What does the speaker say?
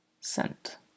sent